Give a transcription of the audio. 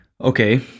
Okay